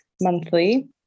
monthly